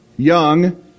young